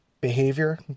behavior